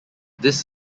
this